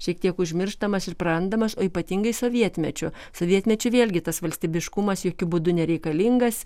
šiek tiek užmirštamas ir prarandamas o ypatingai sovietmečiu sovietmečiu vėlgi tas valstybiškumas jokiu būdu nereikalingas